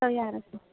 तयार आसा